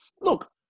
look